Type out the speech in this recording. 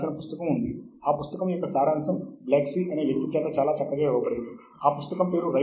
వాటిని UDC catalogue అని పిలుస్తారు